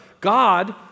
God